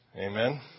Amen